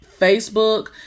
Facebook